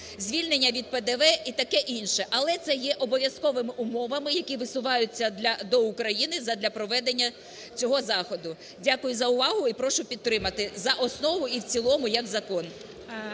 звільнення від ПДВ і таке інше. Але це є обов'язковими умовами, які висуваються до України задля проведення цього заходу. Дякую за увагу і прошу підтримати за основу і в цілому як закон.